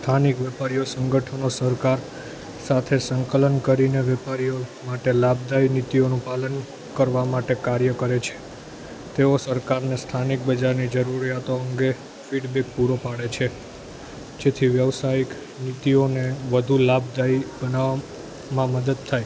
સ્થાનિક વેપારીઓ સંગઠનો સરકાર સાથે સંકલન કરીને વેપારીઓ માટે લાભદાયી નીતિઓનું પાલન કરવા માટે કાર્ય કરે છે તેઓ સરકારને સ્થાનિક બજારની જરૂરિયાતો અંગે ફીડબેક પૂરો પાડે છે જેથી વ્યસાયિક નીતિઓને વધુ લાભદાયિ બનાવવામાં મદદ થાય